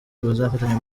bazafatanya